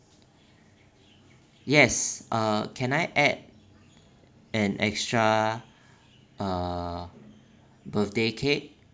yes ah can I add an extra uh birthday cake